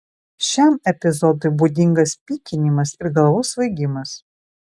šiam epizodui būdingas pykinimas ir galvos svaigimas